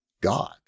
God